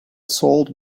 salt